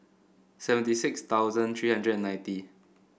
seventy six thousand three hundred and ninety